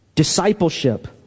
Discipleship